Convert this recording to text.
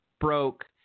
broke